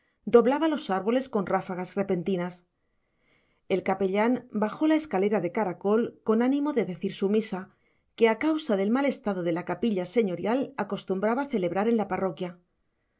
doblaba los árboles con ráfagas repentinas el capellán bajó la escalera de caracol con ánimo de decir su misa que a causa del mal estado de la capilla señorial acostumbraba celebrar en la parroquia